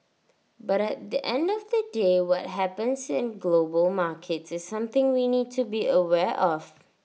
but at the end of the day what happens in global markets is something we need to be aware of